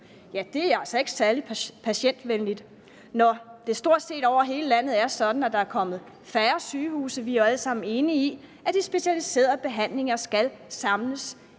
dag. Det er altså ikke særlig patientvenligt, når det stort set over hele landet er sådan, at der er kommet færre sygehuse. Vi er jo alle sammen enige om, at de specialiserede behandlinger skal samles på færre